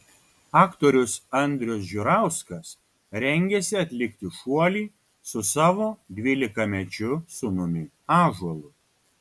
aktorius andrius žiurauskas rengiasi atlikti šuolį su savo dvylikamečiu sūnumi ąžuolu